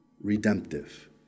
redemptive